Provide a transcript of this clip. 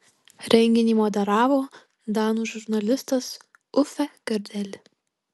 renginį moderavo danų žurnalistas uffe gardeli